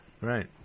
right